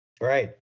right